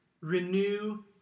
renew